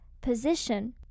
position